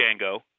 Django